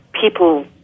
people